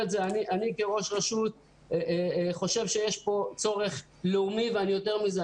כראש רשות אני חושב שיש פה צורך לאומי ויותר מזה,